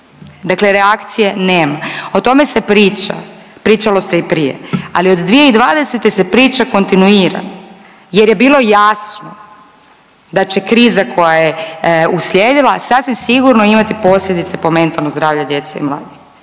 dakle reakcije nema. O tome se priča, pričalo se i prije, ali od 2020. se priča kontinuirano jer je bilo jasno da će kriza koja je uslijedila sasvim sigurno imati posljedice po mentalno zdravlje djece i mladih.